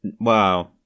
Wow